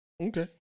Okay